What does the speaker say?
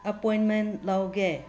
ꯑꯄꯣꯏꯟꯃꯦꯟ ꯂꯧꯒꯦ